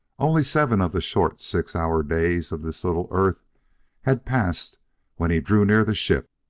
only seven of the short six-hour days of this little earth had passed when he drew near the ship.